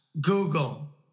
Google